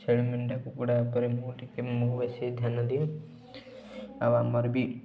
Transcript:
ଛେଳି ମେଣ୍ଡା କୁକୁଡ଼ା ଉପରେ ମୁଁ ଟିକେ ମୁଁ ବେଶୀ ଧ୍ୟାନ ଦିଏ ଆଉ ଆମର ବି